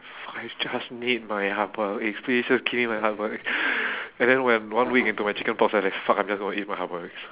I just need my half boiled eggs please just give me my half boiled egg and then when one week into my chickenpox I fuck I'm just going to eat my half boiled eggs